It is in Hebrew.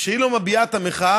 וכשהיא לא מביעה את המחאה